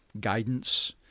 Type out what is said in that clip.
guidance